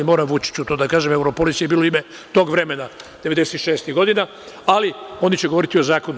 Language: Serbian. Moram Vučiću to da kažem, Europolis je bilo ime tog vremena, '96. godina, ali oni će govoriti o zakonu.